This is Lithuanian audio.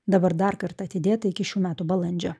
dabar dar kartą atidėta iki šių metų balandžio